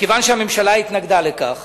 מכיוון שהממשלה התנגדה לכך